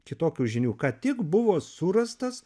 kitokių žinių ką tik buvo surastas